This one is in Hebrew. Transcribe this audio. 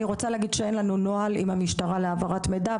אני רוצה להגיד שאין לנו נוהל עם המשטרה להעברת מידע,